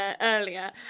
earlier